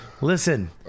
Listen